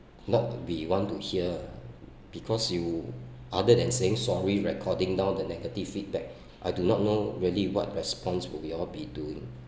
not be want to hear because you other than saying sorry recording down the negative feedback I do not know really what response will be you all be doing